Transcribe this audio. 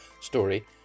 story